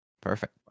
Perfect